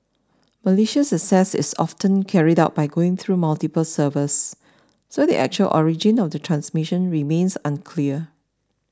malicious access is often carried out by going through multiple servers so the actual origin of the transmission remains unclear